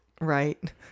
Right